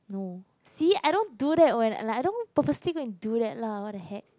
no see I don't do that when I like I don't purposely go and do that lah what the heck